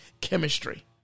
chemistry